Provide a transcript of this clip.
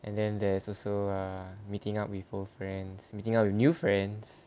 and then there is also err meeting up with old friends meeting up with new friends